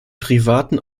privaten